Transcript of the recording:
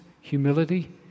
humility